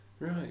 Right